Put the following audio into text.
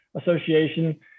Association